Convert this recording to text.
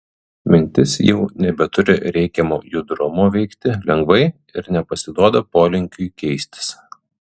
mintis jau nebeturi reikiamo judrumo veikti lengvai ir nepasiduoda polinkiui keistis